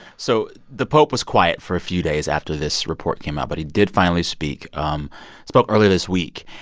so the pope was quiet for a few days after this report came out. but he did finally speak. he um spoke earlier this week.